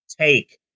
take